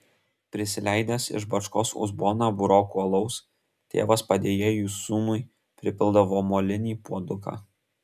prisileidęs iš bačkos uzboną burokų alaus tėvas padėjėjui sūnui pripildavo molinį puoduką